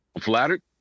flattered